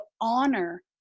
honor